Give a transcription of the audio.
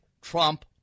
Trump